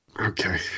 Okay